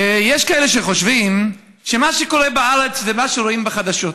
יש כאלה שחושבים שמה שקורה בארץ זה מה שרואים בחדשות.